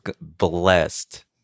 blessed